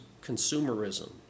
consumerism